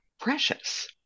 precious